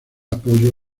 apoyo